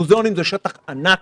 מוזיאונים הם שטח ענק,